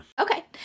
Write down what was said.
Okay